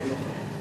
גברתי השרה.